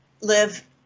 live